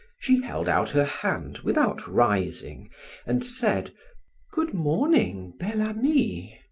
she held out her hand without rising and said good morning, bel-ami!